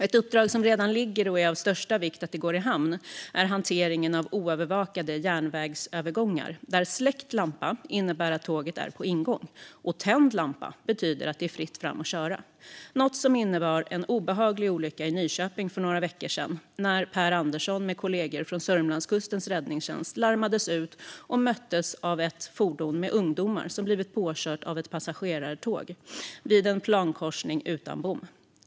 Ett uppdrag som redan ligger och där det är av största vikt att det går i hamn är hanteringen av oövervakade järnvägsövergångar där släckt lampa innebär att tåget är på ingång och tänd lampa betyder att det är fritt fram att köra. En sådan övergång innebar en obehaglig olycka i Nyköping för några veckor sedan. När Per Andersson med kollegor från Sörmlandskustens räddningstjänst larmades ut möttes de av ett fordon med ungdomar som blivit påkörda av ett passagerartåg vid en plankorsning utan bom.